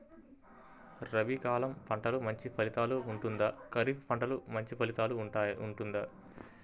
రబీ కాలం పంటలు మంచి ఫలితాలు ఉంటుందా? ఖరీఫ్ పంటలు మంచి ఫలితాలు ఉంటుందా?